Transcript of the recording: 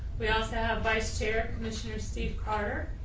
we also have vice chair commissioner steve carter,